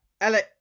Alex